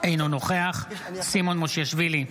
אינו נוכח סימון מושיאשוילי,